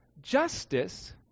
Justice